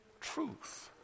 truth